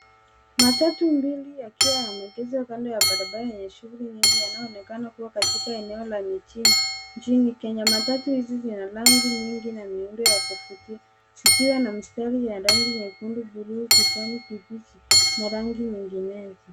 Matatu mbili yakiwa yameegeshwa kando ya barabara yenye shughuli nyingi yanayoonekana kuwa katika eneo la mjini nchini Kenya. Matatu hizi zina rangi nyingi na miundo ya kuvutia zikiwa na mistari ya rangi nyekundu , bluu, kijani kibichi na rangi nyinginezo.